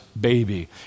baby